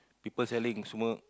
people selling semua